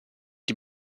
die